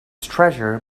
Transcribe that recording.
treasure